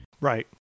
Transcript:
Right